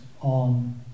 on